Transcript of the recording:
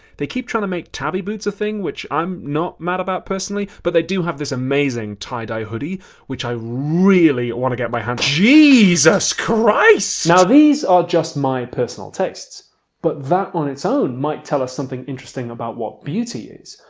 they keep trying to make tabi boots a thing which i'm not mad about personally but they do have this amazing tie-dye hoodie which i really wanna get my hands on jesus christ! now these are just my personal tastes but that on its own might tell us something interesting about what beauty is.